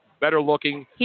better-looking